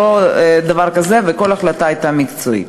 וכל החלטה הייתה מקצועית.